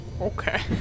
Okay